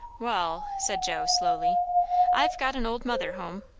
wall said joe slowly i've got an old mother hum.